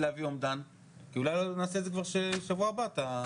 על החוק.